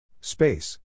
Space